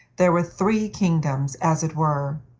there were three kingdoms, as it were,